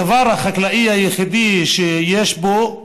הדבר החקלאי היחידי שיש בו,